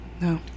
no